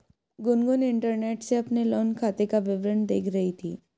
Gungun internet से अपने loan खाते का विवरण देख रही थी